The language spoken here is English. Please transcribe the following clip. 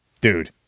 dude